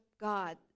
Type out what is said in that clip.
God